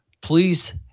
Please